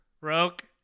Roke